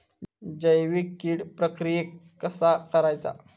जैविक कीड प्रक्रियेक कसा करायचा?